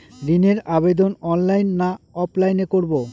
ঋণের আবেদন অনলাইন না অফলাইনে করব?